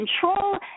control